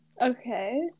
Okay